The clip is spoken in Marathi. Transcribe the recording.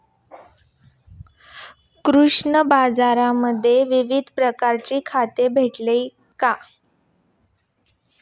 कृषी बाजारांमध्ये विविध प्रकारची खते भेटेल का?